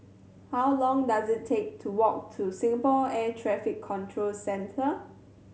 how long does it take to walk to Singapore Air Traffic Control Centre